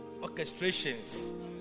orchestrations